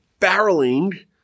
barreling